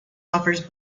offers